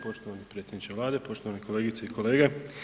Poštovani predsjedniče Vlade, poštovane kolegice i kolege.